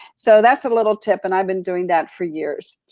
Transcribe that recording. so, that's a little tip and i've been doing that for years.